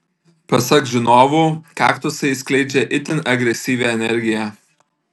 pasak žinovų kaktusai skleidžia itin agresyvią energiją